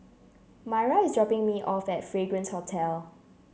Maira is dropping me off at Fragrance Hotel